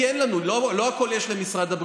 כי הונחה היום על שולחן הכנסת,